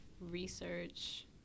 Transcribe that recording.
research